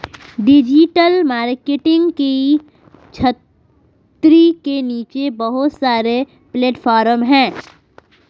digital marketing की छतरी के नीचे बहुत सारे प्लेटफॉर्म हैं